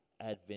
Advent